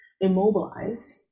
immobilized